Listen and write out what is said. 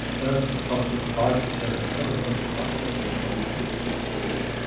and up to five, to. so seven hundred factories, in the coming two, three, four years.